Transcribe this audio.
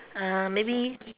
uh maybe